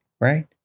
right